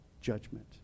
judgment